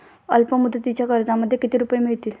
अल्पमुदतीच्या कर्जामध्ये किती रुपये मिळतील?